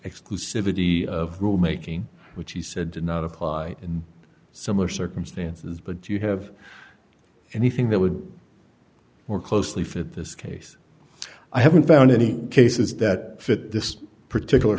exclusivity of rule making which he said did not apply in similar circumstances but you have anything that would more closely fit this case i haven't found any cases that fit this particular